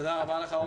תודה רבה לך.